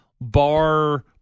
bar